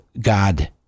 God